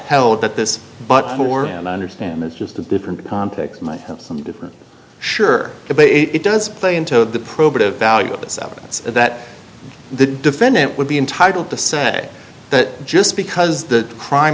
held that this but more and i understand it's just a different context might have some different sure it does play into the probative value of this evidence that the defendant would be entitled to say that just because the crime